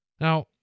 Now